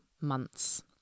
months